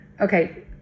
okay